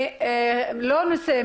לא נושא,